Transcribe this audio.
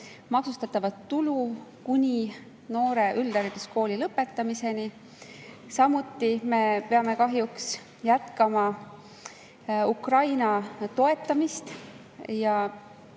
maksustatavat tulu kuni noore üldhariduskooli lõpetamiseni. Samuti me peame kahjuks jätkama Ukraina toetamist ja